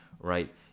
right